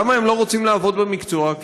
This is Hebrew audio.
למה הם לא רוצים לעבוד במקצוע?